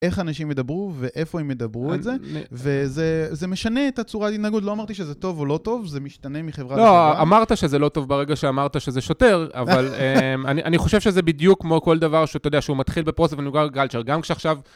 איך אנשים ידברו, ואיפה הם ידברו את זה, וזה, זה משנה את הצורה ההתנהגות. לא אמרתי שזה טוב או לא טוב, זה משתנה מחברה לחברה. לא, אמרת שזה לא טוב ברגע שאמרת שזה שוטר, אבל אה... אני, אני חושב שזה בדיוק כמו כל דבר שהוא, אתה יודע, שהוא מתחיל בפרוסס ונגמר גלצ'ר. גם כשעכשיו...